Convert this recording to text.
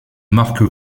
marque